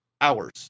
hours